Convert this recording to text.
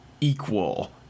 equal